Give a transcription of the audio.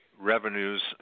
revenues